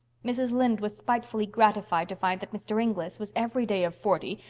mrs. lynde was spitefully gratified to find that mr. inglis was every day of forty,